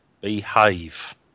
behave